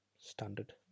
Standard